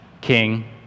king